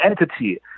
entity